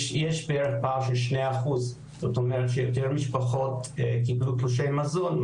יש בערך פער של 2%. זאת אומרת שיותר משפחות קיבלו תלושי מזון,